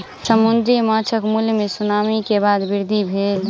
समुद्री माँछक मूल्य मे सुनामी के बाद वृद्धि भेल